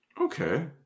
Okay